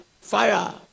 Fire